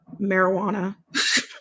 Marijuana